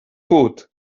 put